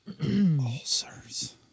Ulcers